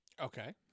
okay